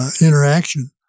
interaction